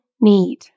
need